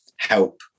Help